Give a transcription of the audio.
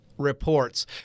reports